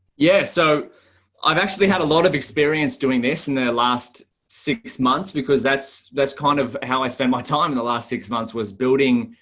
yeah, so i've actually had a lot of experience doing this in the last six months, because that's that's kind of how i spend my time in the last six months was building,